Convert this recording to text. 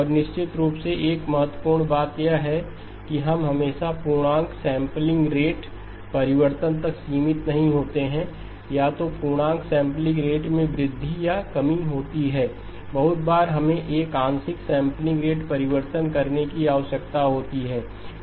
और निश्चित रूप से एक महत्वपूर्ण बात यह है कि हम हमेशा पूर्णांक सेंपलिंग रेट परिवर्तन तक सीमित नहीं होते हैं या तो पूर्णांक सेंपलिंग रेट में वृद्धि या कमी होती है बहुत बार हमें एक आंशिक सेंपलिंग रेट परिवर्तन करने की आवश्यकता होती है